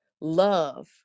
love